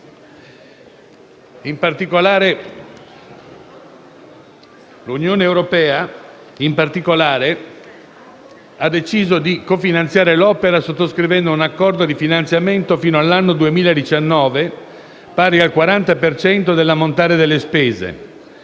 particolare, ha deciso di cofinanziare l'opera sottoscrivendo un accordo di finanziamento, fino all'anno 2019, pari al 40 per cento dell'ammontare delle spese.